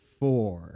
four